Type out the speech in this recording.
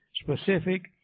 specific